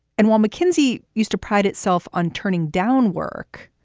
and while mckinsey used to prides itself on turning down work,